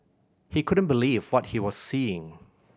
he couldn't believe what he was seeing